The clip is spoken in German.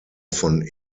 von